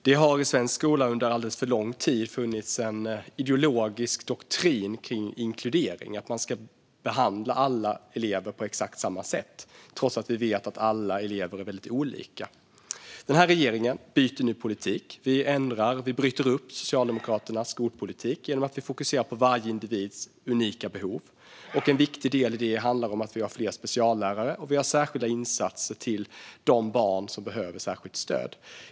Det har i svensk skola under alldeles för lång tid funnits en ideologisk doktrin kring inkludering, att man ska behandla alla elever på exakt samma sätt trots att vi vet att alla elever är väldigt olika. Denna regering byter nu politik. Vi ändrar och bryter upp Socialdemokraternas skolpolitik genom att vi fokuserar på varje individs unika behov. Och en viktig del i det handlar om att vi har fler speciallärare och att vi har särskilda insatser till de barn som behöver särskilt stöd.